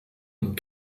und